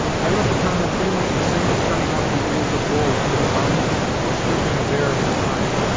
i look upon them pretty much the same as cutting off the ears of wolves for the bounty, or stripping a bear of its hide.